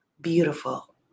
beautiful